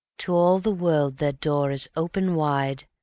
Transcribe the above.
to all the world their door is open wide,